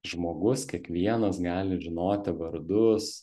žmogus kiekvienas gali žinoti vardus